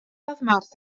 eisteddodd